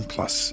Plus